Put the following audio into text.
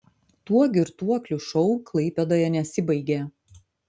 tuo girtuoklių šou klaipėdoje nesibaigė